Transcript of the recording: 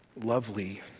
lovely